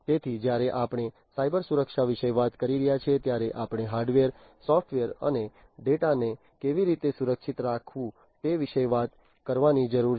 તેથી જ્યારે આપણે સાયબર સુરક્ષા વિશે વાત કરી રહ્યા છીએ ત્યારે આપણે હાર્ડવેર સોફ્ટવેર અને ડેટા ને કેવી રીતે સુરક્ષિત રાખવું તે વિશે વાત કરવાની જરૂર છે